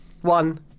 one